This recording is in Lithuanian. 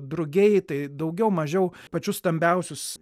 drugiai tai daugiau mažiau pačius stambiausius